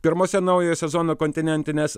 pirmose naujojo sezono kontinentinės